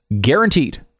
Guaranteed